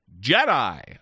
Jedi